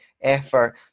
effort